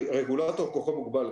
רגולטור, כוחו מוגבל.